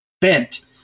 bent